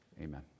Amen